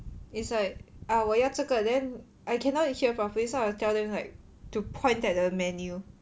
it's like ah 我要这个 then I cannot hear properly so I will tell them like to point at the menu